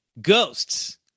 Ghosts